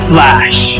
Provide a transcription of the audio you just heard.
Flash